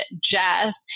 Jeff